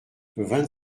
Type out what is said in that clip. vingt